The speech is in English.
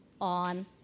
on